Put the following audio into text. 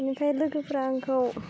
बिनिफ्राय लोगोफ्रा आंखौ